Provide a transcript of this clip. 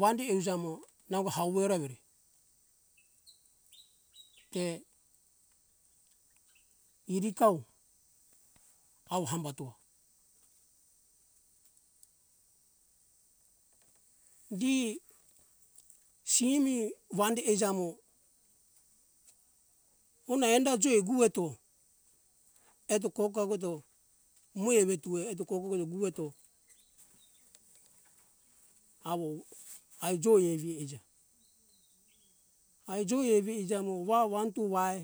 wande euja mo nango hauwera evire te irikau au hambato gi simi wande eija mo una enda joi guweto eto ko kagoto mo ewetue eto koguweto guweto awo ai joi evi eija mo wa wantu wai